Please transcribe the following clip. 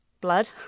Blood